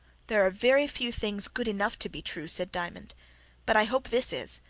there are very few things good enough to be true, said diamond but i hope this is.